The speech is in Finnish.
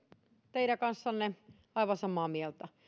teidän kanssanne aivan samaa mieltä